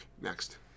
next